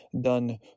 done